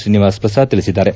ಶ್ರೀನಿವಾಸ್ ಪ್ರಸಾದ್ ತಿಳಿಸಿದ್ದಾರೆ